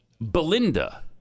Belinda